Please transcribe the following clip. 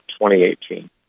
2018